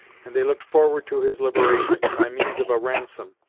and they looked forward to his liberation, by means of a ransom,